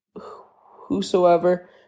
whosoever